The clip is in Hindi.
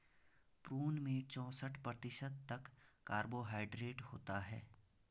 प्रून में चौसठ प्रतिशत तक कार्बोहायड्रेट होता है